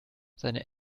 seine